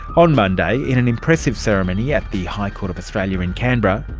on monday in an impressive ceremony at the high court of australia in canberra,